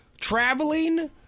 traveling